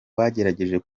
bagerageje